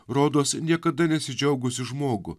rodos niekada nesidžiaugusį žmogų